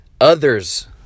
others